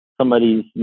somebody's